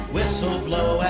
Whistleblow